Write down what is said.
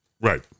Right